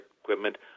equipment